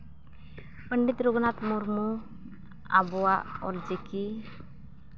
ᱯᱚᱱᱰᱤᱛ ᱨᱚᱜᱷᱩᱱᱟᱛᱷ ᱢᱩᱨᱢᱩ ᱟᱵᱚᱣᱟᱜ ᱚᱞ ᱪᱤᱠᱤ